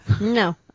No